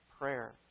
prayer